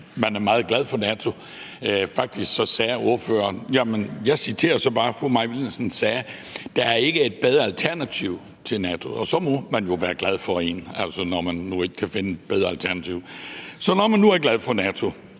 man er meget glad for NATO. Faktisk sagde ordføreren – jeg citerer så bare, hvad fru Mai Villadsen sagde: Der er ikke et bedre alternativ til NATO. Og så må man jo være glad for det, altså når man nu ikke kan finde et bedre alternativ. Så når man nu er glad for NATO,